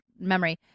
memory